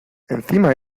encima